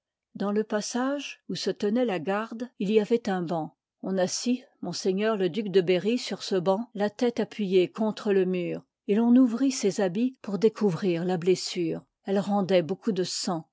dans le passage où se tenoit la garde il y avoit un banc on assit m je duc d liv il berry sur ce bauc la tête appuyée contre le mur et ton ouvrit ses habits pour découvrir la blessure elle rendoit beaucoup die sang